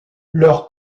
leur